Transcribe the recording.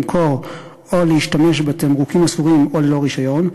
למכור או להשתמש בתמרוקים אסורים או ללא רישיון,